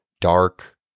Dark